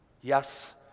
Yes